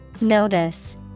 Notice